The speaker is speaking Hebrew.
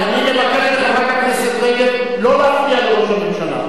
אני מבקש מחברת הכנסת רגב לא להפריע לראש הממשלה.